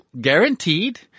guaranteed